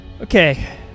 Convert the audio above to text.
Okay